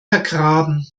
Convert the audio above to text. vergraben